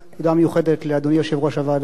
תודה מיוחדת לאדוני יושב-ראש הוועדה,